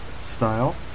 style